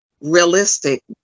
realistic